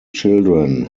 children